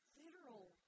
literal